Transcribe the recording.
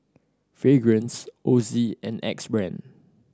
Fragrance Ozi and Axe Brand